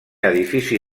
edifici